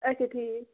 اچھا ٹھیٖک